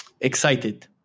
excited